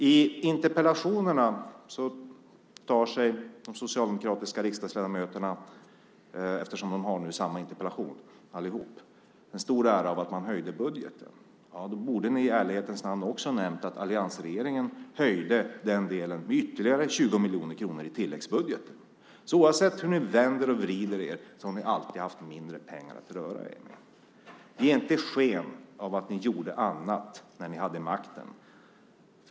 I interpellationerna tar sig de socialdemokratiska ledamöterna - de har ju samma interpellation allihop - en stor ära av att man höjde budgeten. Ja, då borde ni i ärlighetens namn också ha nämnt att alliansregeringen höjde den delen med ytterligare 20 miljoner kronor i tilläggsbudgeten. Oavsett hur ni vänder och vrider er har ni alltså alltid haft mindre pengar att röra er med. Ge inte sken av att ni gjorde annat när ni hade makten!